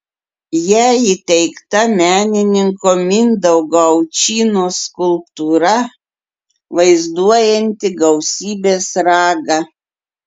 jai įteikta menininko mindaugo aučynos skulptūra vaizduojanti gausybės ragą